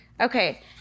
Okay